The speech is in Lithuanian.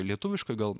lietuviškoj gal